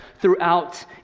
throughout